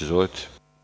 Izvolite.